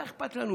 מה אכפת לנו?